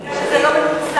בגלל שזה לא מנוצל.